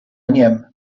něm